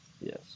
Yes